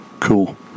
cool